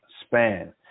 span